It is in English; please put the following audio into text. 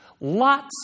Lots